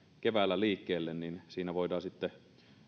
keväällä liikkeelle niin siinä voidaan sitten